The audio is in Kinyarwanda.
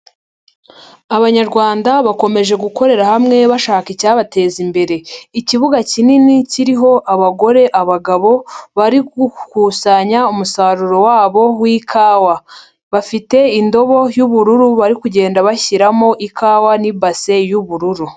Abanyarwanda bakomeje gukorera hamwe bashaka icyabateza imbere, ikibuga kinini kiriho abagore, abagabo bari gukusanya umusaruro wabo w'kawa, bafite indobo y'ubururu bari kugenda bashyiramo ikawa n'ibase y'ubururu.